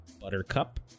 Buttercup